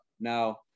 Now